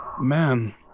man